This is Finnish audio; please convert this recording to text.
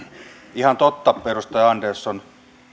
ihan totta edustaja andersson